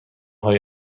هایی